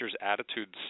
attitudes